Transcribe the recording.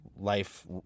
life